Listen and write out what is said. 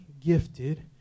gifted